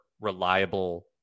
reliable